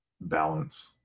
Balance